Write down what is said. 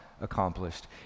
accomplished